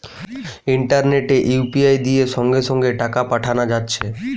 ইন্টারনেটে ইউ.পি.আই দিয়ে সঙ্গে সঙ্গে টাকা পাঠানা যাচ্ছে